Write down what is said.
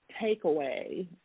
takeaway